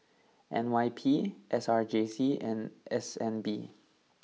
N Y P S R J C and S N B